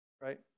right